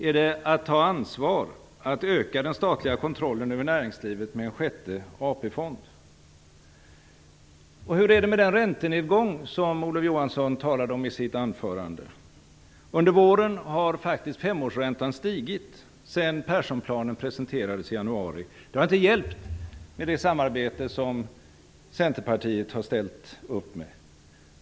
Är det att ta ansvar att öka den statliga kontrollen över näringslivet med en sjätte Och hur är det med den räntenedgång som Olof Johansson talade om i sitt anförande? Femårsräntan har faktiskt stigit sedan Perssonplanen presenterades i januari i år. Det har inte hjälpt med det samarbete som Centerpartiet har ställt upp med.